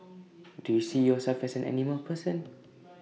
do you see yourself as an animal person